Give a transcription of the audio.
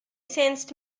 sensed